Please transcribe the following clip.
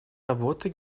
работы